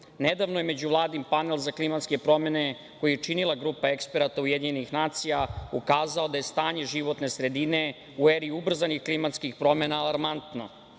Nedavno je međuvladin panel za klimatske promene, koji je činila grupa eksperata UN, ukazao da je stanje životne sredine u eri ubrzanih klimatskih promena alarmantno,